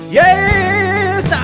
yes